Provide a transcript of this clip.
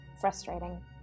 frustrating